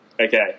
Okay